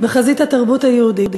בחזית התרבות היהודית.